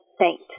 Saint